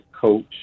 coach